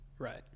Right